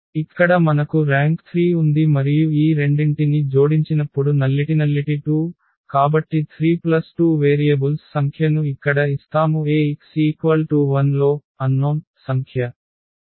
ఇక్కడ మనకు ర్యాంక్ 3 ఉంది మరియు ఈ రెండింటిని జోడించినప్పుడు నల్లిటి 2 కాబట్టి 32 వేరియబుల్స్ సంఖ్యను ఇక్కడ ఇస్తాము Ax 0 లో తెలియని సంఖ్య